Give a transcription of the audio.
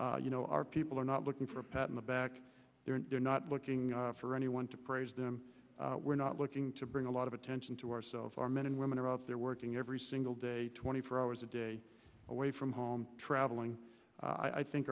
doing you know our people are not looking for a pat on the back they're not looking for anyone to praise them we're not looking to bring a lot of attention to ourselves our men and women are out there working every single day twenty four hours a day away from home traveling i think